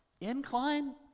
incline